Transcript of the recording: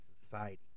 society